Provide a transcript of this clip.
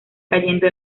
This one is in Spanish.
cayendo